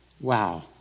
Wow